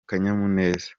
akanyamuneza